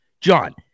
john